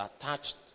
attached